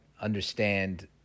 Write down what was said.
understand